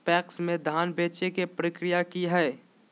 PACS में धाम बेचे के प्रक्रिया की हय?